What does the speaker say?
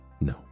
No